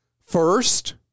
First